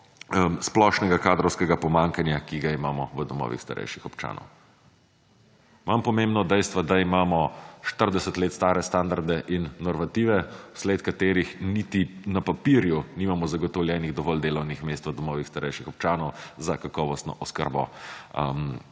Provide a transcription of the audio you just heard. splošnega kadrovskega pomanjkanja, ki ga imamo v domovih starejših občanov. Manj pomembno od dejstva, da imamo 40 let stare standarde in normative, v sled katerih niti na papirju nimamo zagotovljenih dovolj delovnih mest v domovih starejših občanov, za kakovostno oskrbo